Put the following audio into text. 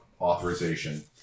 authorization